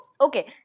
okay